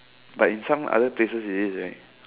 but in some other places it is right